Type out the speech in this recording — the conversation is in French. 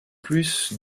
plus